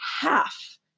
half